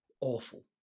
awful